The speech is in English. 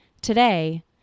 Today